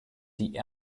die